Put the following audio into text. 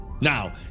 Now